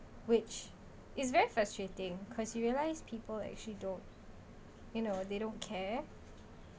which is very frustrating cause you realise people actually don't you know they don't care